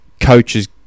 coaches